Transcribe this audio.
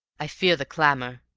i fear the clamor!